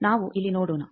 ನಾವು ಇಲ್ಲಿ ನೋಡೋಣ